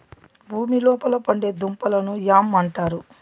భూమి లోపల పండే దుంపలను యామ్ అంటారు